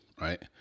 right